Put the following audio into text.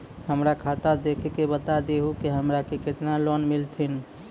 हमरा खाता देख के बता देहु के हमरा के केतना लोन मिलथिन?